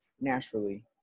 naturally